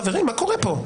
חברים, מה קורה פה?